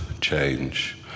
change